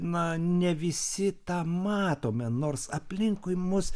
na ne visi tą matome nors aplinkui mus